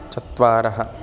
चत्वारः